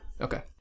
Okay